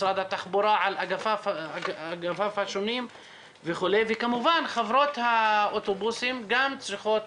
משרד התחבורה על אגפיו השונים וכו' וכמובן חברות האוטובוסים גם צריכות